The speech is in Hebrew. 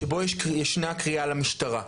שבו ישנה קריאה למשטרה.